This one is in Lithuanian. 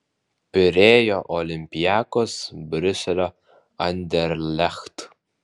pirėjo olympiakos briuselio anderlecht